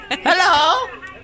Hello